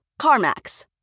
CarMax